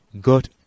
God